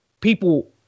people